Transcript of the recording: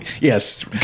Yes